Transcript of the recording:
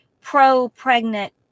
pro-pregnant